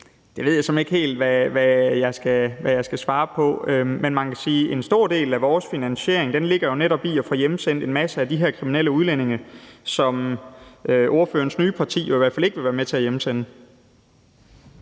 ved jeg ikke helt hvad jeg skal svare på. Men man kan sige, at en stor del af vores finansiering netop ligger i at få hjemsendt en masse af de her kriminelle udlændinge, som ordførerens nye parti jo i hvert fald ikke vil være med til at hjemsende.